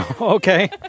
okay